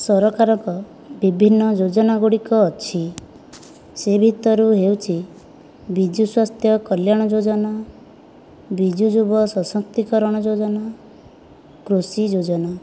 ସରକାରଙ୍କ ବିଭିନ୍ନ ଯୋଜନା ଗୁଡ଼ିକ ଅଛି ସେ ଭିତରୁ ହେଉଛି ବିଜୁସ୍ୱାସ୍ଥ୍ୟ କଲ୍ୟାଣ ଯୋଜନା ବିଜୁ ଯୁବସଶକ୍ତିକରଣ ଯୋଜନା କୃଷି ଯୋଜନା